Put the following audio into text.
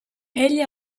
egli